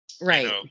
Right